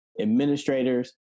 administrators